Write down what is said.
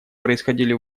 происходили